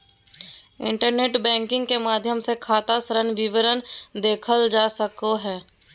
internet banking के माध्यम से खाता ऋण विवरण देखल जा सको हइ